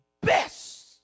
best